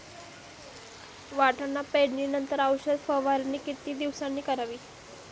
वाटाणा पेरणी नंतर औषध फवारणी किती दिवसांनी करावी?